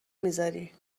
میذاری